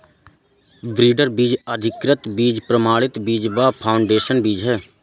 breeder बीज, अधिकृत बीज, प्रमाणित बीज व फाउंडेशन बीज है